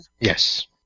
Yes